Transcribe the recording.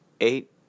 Eight